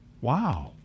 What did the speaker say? Wow